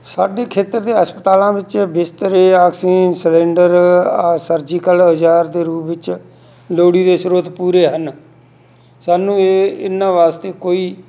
ਸਾਡੇ ਖੇਤਰ ਦੇ ਹਸਪਤਾਲਾਂ ਵਿੱਚ ਬਿਸਤਰੇ ਆਕਸੀ ਸਿਲਿੰਡਰ ਆ ਸਰਜੀਕਲ ਔਜਾਰ ਦੇ ਰੂਪ ਵਿੱਚ ਲੋੜੀਂਦੇ ਸਰੋਤ ਪੂਰੇ ਹਨ ਸਾਨੂੰ ਇਹ ਇਹਨਾਂ ਵਾਸਤੇ ਕੋਈ